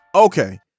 Okay